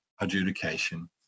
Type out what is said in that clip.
adjudication